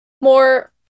more